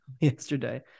yesterday